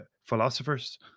philosophers